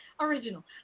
Original